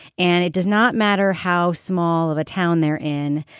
and it does not matter how small of a town they're in.